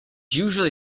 usually